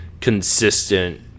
Consistent